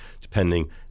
depending